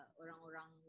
orang-orang